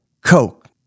Coke